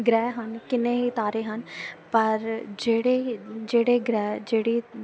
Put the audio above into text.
ਗ੍ਰਹਿ ਹਨ ਕਿੰਨੇ ਹੀ ਤਾਰੇ ਹਨ ਪਰ ਜਿਹੜੇ ਜਿਹੜੇ ਗ੍ਰਹਿ ਜਿਹੜੀ